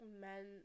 men